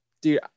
Dude